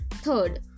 Third